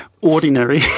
ordinary